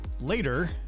later